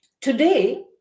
Today